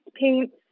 paints